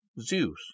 zeus